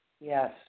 Yes